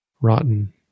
rotten